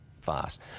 fast